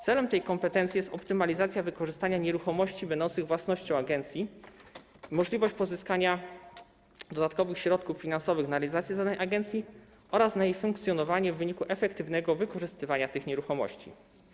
Celem tej kompetencji jest optymalizacja wykorzystania nieruchomości będących własnością agencji, możliwość pozyskania dodatkowych środków finansowych na realizację zadań agencji oraz na jej funkcjonowanie w wyniku efektywnego wykorzystywania tych nieruchomości.